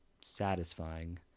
satisfying